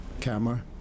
camera